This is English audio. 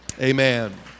Amen